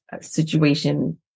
situation